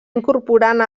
incorporant